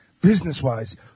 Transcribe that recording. business-wise